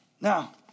Now